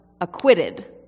acquitted